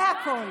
זה הכול.